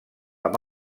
amb